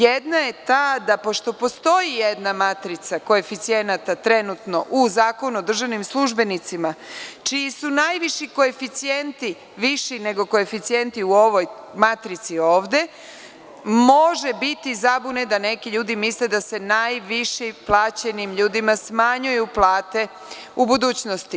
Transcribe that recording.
Jedna je ta da, pošto postoji jedna matrica koeficijenata trenutno u Zakonu o državnim službenicima, čiji su najviši koeficijenti viši nego koeficijenti u ovoj matrici ovde, može biti zabune da neki ljudi misle da se najviše plaćenim ljudima smanjuju plate u budućnosti.